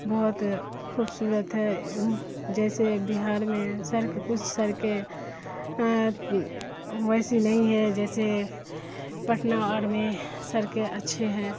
بہت خوبصورت ہے جیسے بہار میں سڑک کچھ سڑکیں ویسی نہیں ہے جیسے پٹنہ اور میں سڑکیں اچھے ہیں